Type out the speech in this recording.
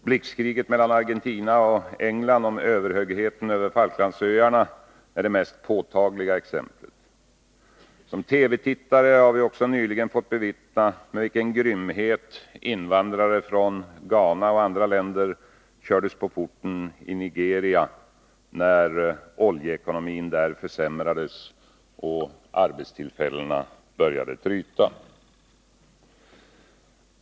Blixtkriget mellan Argentina och England om överhögheten över Falklandsöarna är det mest påtagliga exemplet. Som TV-tittare har vi också nyligen fått bevittna med vilken grymhet invandrare från Ghana och andra länder kördes på porten i Nigeria, när oljeekonomin där försämrades och arbetstillfällena började att tryta.